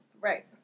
Right